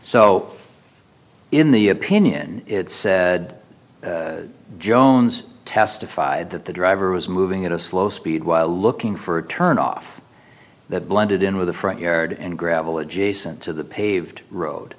so in the opinion it said jones testified that the driver was moving at a slow speed while looking for a turnoff that blended in with the front yard and gravel adjacent to the paved road